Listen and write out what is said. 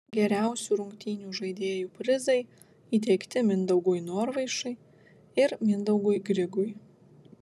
geriausių rungtynių žaidėjų prizai įteikti mindaugui norvaišui ir mindaugui grigui